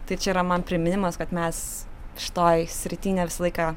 tai čia yra man priminimas kad mes šitoj srity ne visą laiką